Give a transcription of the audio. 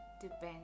depends